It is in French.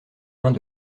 mains